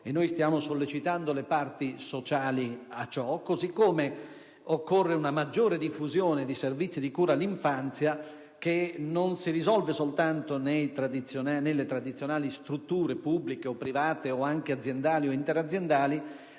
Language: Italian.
senso stiamo sollecitando le parti sociali. Allo stesso modo, occorre una maggiore diffusione dei servizi di cura all'infanzia, che non si risolve soltanto nelle tradizionali strutture pubbliche o private, anche aziendali o interaziendali,